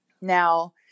Now